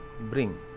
bring